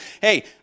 hey